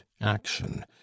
action